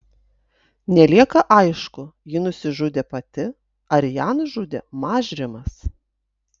nelieka aišku ji nusižudė pati ar ją nužudė mažrimas